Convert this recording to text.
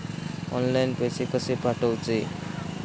Online पैसे कशे पाठवचे?